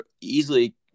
easily